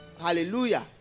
hallelujah